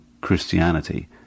Christianity